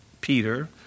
Peter